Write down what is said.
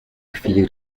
chwili